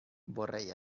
vorrei